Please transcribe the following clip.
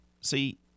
See